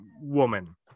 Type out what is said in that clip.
woman